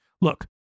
Look